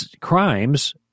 crimes